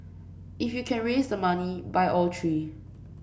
if you can raise the money buy all three